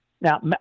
Now